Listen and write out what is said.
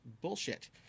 bullshit